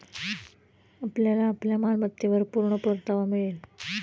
आपल्याला आपल्या मालमत्तेवर पूर्ण परतावा मिळेल